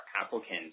applicants